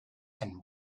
and